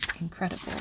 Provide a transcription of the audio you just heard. incredible